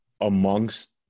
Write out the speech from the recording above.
amongst